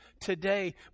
today